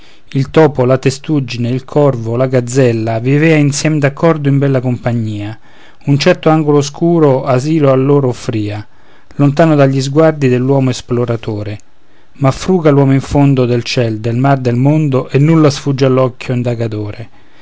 il topo la testuggine il corvo la gazzella vivean insiem d'accordo in bella compagnia un certo angolo oscuro asilo a lor offria lontano dagli sguardi dell'uomo esploratore ma fruga l'uomo in fondo del ciel del mar del mondo e nulla sfugge all'occhio